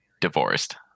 divorced